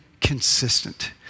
consistent